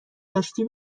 داشتی